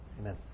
amen